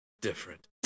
different